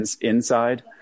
inside